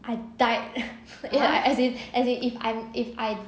I died as in as in if I if I